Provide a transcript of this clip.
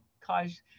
cause